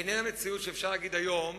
איננה מציאות שאפשר להגיד היום,